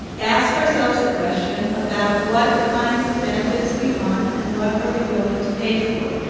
ask ourselves the question about what kinds of benefits we want, and what are we willing to pay for.